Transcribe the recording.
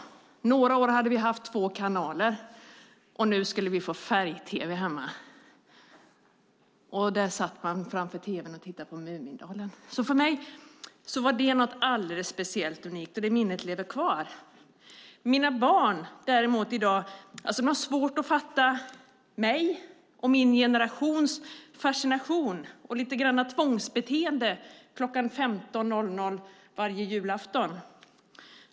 I några år hade vi haft två kanaler, och nu skulle vi få färg-tv hemma. Där satt man framför tv:n och tittade på Mumindalen. För mig var det något alldeles speciellt, och minnet lever kvar. Mina barn har däremot svårt att förstå min och min generations fascination, och lite grann tvångsbeteende, kl. 15.00 varje julafton.